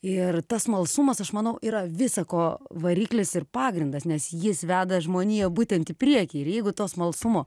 ir tas smalsumas aš manau yra visa ko variklis ir pagrindas nes jis veda žmoniją būtent į priekį ir jeigu to smalsumo